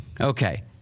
Okay